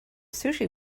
sushi